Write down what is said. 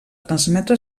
transmetre